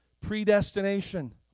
predestination